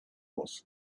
was